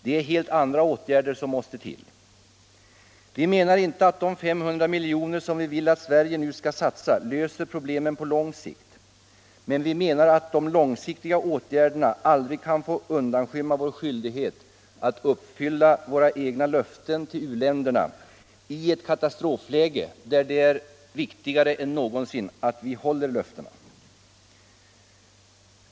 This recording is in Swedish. Det är helt andra åtgärder som måste Vi menar inte att de 500 miljoner kronor som vi vill att Sverige nu skall satsa löser problemen på lång sikt, men vi menar att de långsiktiga åtgärderna aldrig kan få undanskymma vår skyldighet att uppfylla våra egna löften till u-länderna i ett katastrofläge, där det är viktigare än någonsin att vi håller löftena.